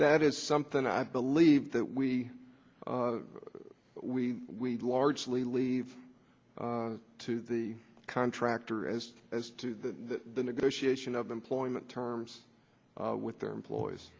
that is something i believe that we we largely leave to the contractor as as to the negotiation of employment terms with their employees